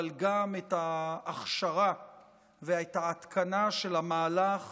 אבל גם את ההכשרה ואת ההתקנה של המהלך